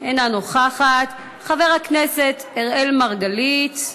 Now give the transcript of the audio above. אינה נוכחת, חבר הכנסת אראל מרגלית,